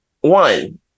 One